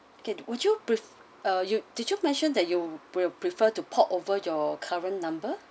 okay would you pre~ ah you did you mentioned that you will prefer to port over your current number